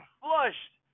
flushed